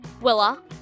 Willa